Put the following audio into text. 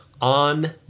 on